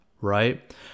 right